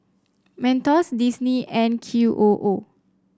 Mentos Disney and Q O O